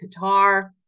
Qatar